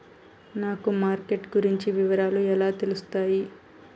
నాకు మార్కెట్ గురించి వివరాలు ఎలా తెలుస్తాయి?